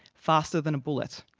faster than a bullet.